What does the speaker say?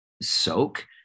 Soak